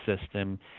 system